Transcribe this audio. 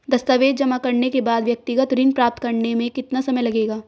दस्तावेज़ जमा करने के बाद व्यक्तिगत ऋण प्राप्त करने में कितना समय लगेगा?